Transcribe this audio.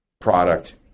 product